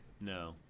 no